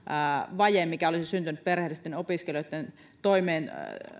vaje mikä olisi syntynyt perheellisten opiskelijoitten toimeentulon